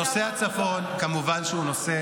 נושא הצפון, כמובן שהוא נושא